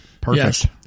Perfect